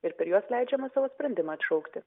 ir per juos leidžiama savo sprendimą atšaukti